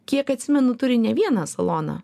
kiek atsimenu turi ne vieną saloną